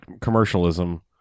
commercialism